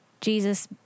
Jesus